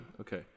okay